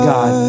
God